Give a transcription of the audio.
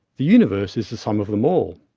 the universe is the sum of them all.